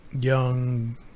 young